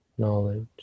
knowledge